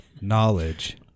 knowledge